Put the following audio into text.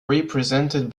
represented